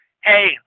Hey